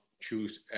choose